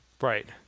Right